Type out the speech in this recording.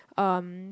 um